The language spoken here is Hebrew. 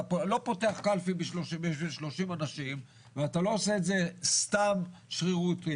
אתה לא פותח קלפי בשביל 30 אנשים ואתה לא עושה את זה סתם שרירותית,